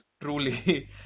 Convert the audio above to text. truly